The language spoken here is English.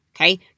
Okay